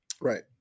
Right